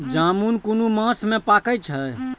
जामून कुन मास में पाके छै?